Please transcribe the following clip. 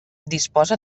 disposa